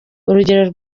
urugero